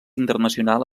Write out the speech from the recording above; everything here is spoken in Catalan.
internacional